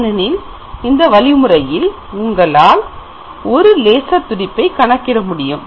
ஏனெனில் இந்த வழிமுறையில் உங்களால் ஒரு லேசர் துடிப்பை கணக்கிட முடியும்